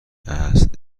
است